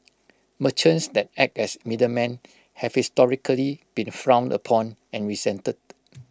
merchants that act as middlemen have historically been frowned upon and resented